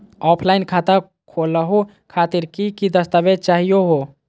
Offline खाता खोलहु खातिर की की दस्तावेज चाहीयो हो?